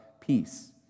peace